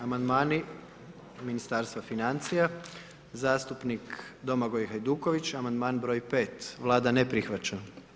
Amandmani Ministarstva financija, zastupnik Domagoj Hajduković, amandman broj 5, Vlada ne prihvaća.